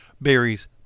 berries